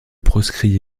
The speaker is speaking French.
proscrit